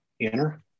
enter